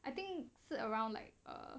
I think 是 around like err